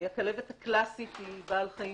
הכלבת הקלאסית היא בעל חיים